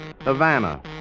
Havana